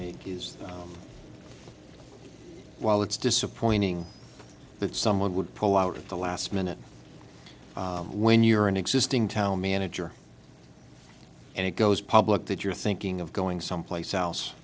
make is that while it's disappointing that someone would pull out at the last minute when you're an existing town manager and it goes public that you're thinking of going someplace else